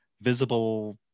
Visible